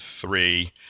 three